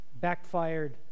backfired